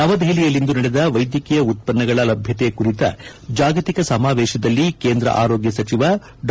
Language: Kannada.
ನವದೆಪಲಿಯಲ್ಲಿಂದು ನಡೆದ ವೈದ್ಯಕೀಯ ಉತ್ತನ್ನಗಳ ಲಭ್ಯತೆ ಕುರಿತ ಜಾಗತಿಕ ಸಮಾವೇಶದಲ್ಲಿ ಕೇಂದ್ರ ಆರೋಗ್ತ ಸಚಿವ ಡಾ